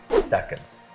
seconds